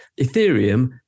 Ethereum